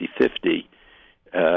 fifty-fifty